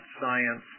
science